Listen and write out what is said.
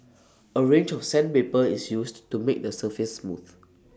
A range of sandpaper is used to make the surface smooth